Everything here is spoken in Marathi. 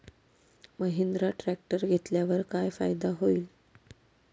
महिंद्रा ट्रॅक्टर घेतल्यावर काय फायदा होईल?